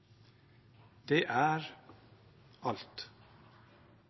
Det er alt»